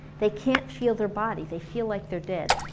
they can't feel their body, they feel like they're dead